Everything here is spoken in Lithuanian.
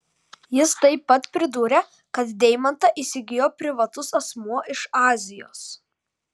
jis taip pat pridūrė kad deimantą įsigijo privatus asmuo iš azijos